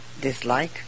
dislike